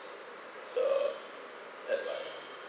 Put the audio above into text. the advice